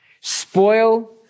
spoil